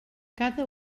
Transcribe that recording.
cada